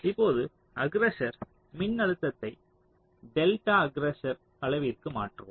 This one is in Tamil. இப்போது அஃகிரெஸ்ஸர் மின்னழுத்தத்தை டெல்டா V அஃகிரெஸ்ஸர் அழவிற்க்கு மாற்றவும்